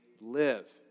live